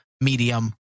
medium